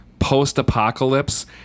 post-apocalypse